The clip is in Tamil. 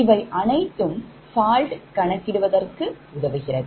இவை அனைத்தும் fault கணக்கிடுவதற்கு உதவுகிறது